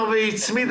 לממשלה.